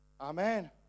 Amen